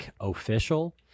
Official